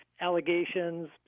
allegations